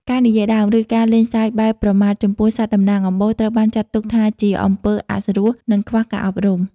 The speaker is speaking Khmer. ការនិយាយដើម ឬការលេងសើចបែបប្រមាថចំពោះសត្វតំណាងអំបូរ ត្រូវបានចាត់ទុកថាជាអំពើអសុរោះ និងខ្វះការអប់រំ។